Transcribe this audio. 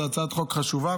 זאת הצעת חוק חשובה,